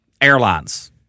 airlines